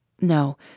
No